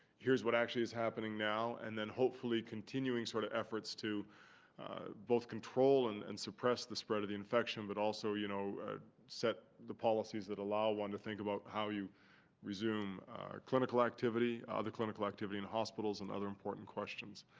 here's what actually is happening now and hopefully continuing sort of efforts to both control and and suppress the spread of the infection but also you know ah set the policies that allow one to think about how you resume clinical activity, ah the clinical activity in hospitals and other important questions.